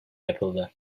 yapıldı